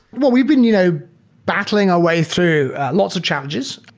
we've been you know battling our way through lots of challenges.